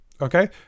Okay